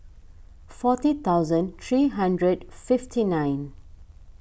forty thousand three hundred fifty nine